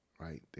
right